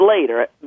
later